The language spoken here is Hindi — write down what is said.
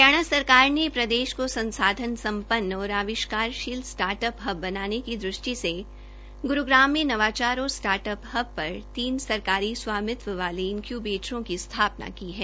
हरियाणा सरकार ने प्रदेश को संसाधन सम्पन्न और आविश्कारशील स्टार्ट अप हब बनाने की दृष्टि से गुरूग्राम में नवाचार और स्टार्ट अब हब पर तीन सरकारी स्वामित्व वाले इनक्यूबेटरों की स्थापना की है